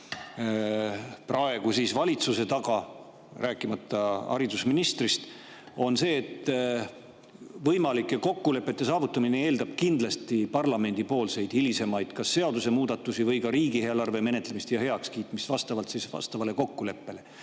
praegu valitsuse taga, rääkimata haridusministrist, on see, et võimalike kokkulepete saavutamine eeldab kindlasti hilisemaid parlamendipoolseid kas seadusemuudatusi või riigieelarve menetlemist ja heakskiitmist vastavalt kokkuleppele.